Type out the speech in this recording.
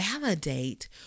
validate